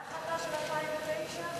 בג"ץ היה לפני ההחלטה של 2009?